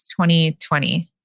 2020